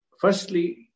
firstly